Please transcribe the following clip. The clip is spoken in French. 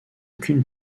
qu’une